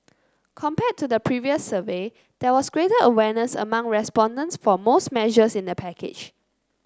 compared to the previous survey there was greater awareness among respondents for most measures in the package